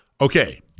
Okay